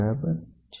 બરાબર છે